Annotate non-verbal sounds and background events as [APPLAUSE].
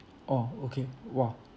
[NOISE] oh okay !wah!